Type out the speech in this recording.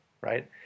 right